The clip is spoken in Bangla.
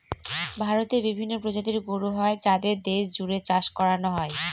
ভারতে বিভিন্ন প্রজাতির গরু হয় যাদের দেশ জুড়ে চাষ করানো হয়